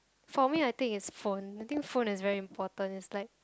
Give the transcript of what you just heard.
for me I think it's phone I think phone is very important is like